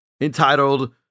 entitled